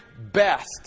best